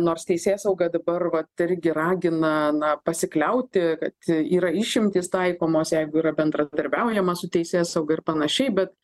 nors teisėsauga dabar va irgi ragina na pasikliauti kad yra išimtys taikomos jeigu yra bendradarbiaujama su teisėsauga ir panašiai bet